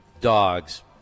dogs